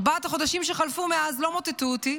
ארבעת החודשים שחלפו מאז לא מוטטו אותי,